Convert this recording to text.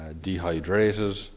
dehydrated